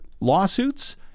lawsuits